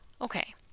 Okay